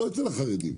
לא אצל החרדים,